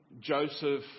Joseph